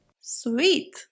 Sweet